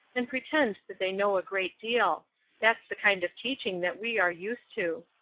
and pretend that they know a great deal that's the kind of teaching that we are used to.